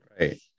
Right